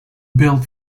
built